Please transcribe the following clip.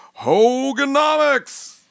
Hoganomics